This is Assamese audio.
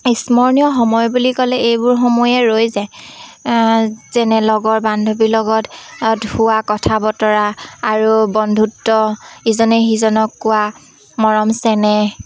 স্মৰণীয় সময় বুলি ক'লে এইবোৰ সময়ে ৰৈ যায় যেনে লগৰ বান্ধৱীৰ লগত হোৱা কথা বতৰা আৰু বন্ধুত্ব ইজনে সিজনক কোৱা মৰম চেনেহ